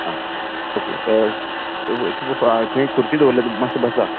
आं ओके तूं थंय खुर्ची दवरल्या थंय मात्शी बसा